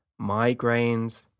migraines